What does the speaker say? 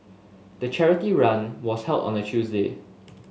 the charity run was held on a Tuesday